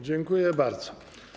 Dziękuję bardzo.